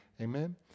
Amen